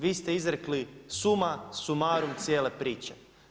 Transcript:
Vi ste izrekli summa summarum cijele priče.